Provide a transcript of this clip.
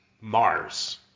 Mars